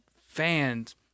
fans